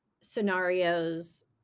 scenarios